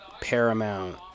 Paramount